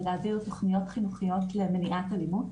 להעביר תוכניות חינוכיות למניעת אלימות.